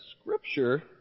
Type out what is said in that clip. scripture